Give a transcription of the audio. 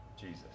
Jesus